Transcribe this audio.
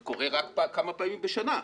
זה קורה כמה פעמים בשנה,